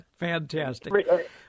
Fantastic